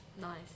nice